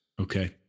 Okay